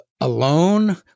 Alone